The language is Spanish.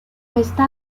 esta